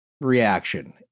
reaction